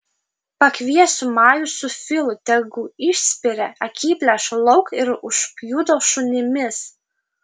pakviesiu majų su filu tegu išspiria akiplėšą lauk ir užpjudo šunimis